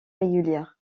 régulière